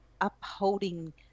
upholding